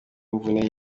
imvune